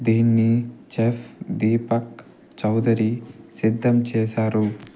దీన్ని చెఫ్ దీపక్ చౌదరి సిద్ధం చేశారు